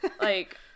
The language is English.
Like-